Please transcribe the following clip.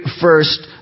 first